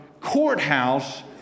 courthouse